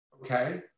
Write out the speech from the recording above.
Okay